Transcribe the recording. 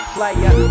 Player